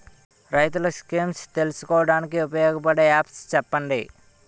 రైతులు స్కీమ్స్ తెలుసుకోవడానికి ఉపయోగపడే యాప్స్ చెప్పండి?